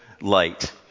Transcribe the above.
light